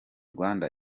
rwanda